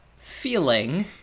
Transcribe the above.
feeling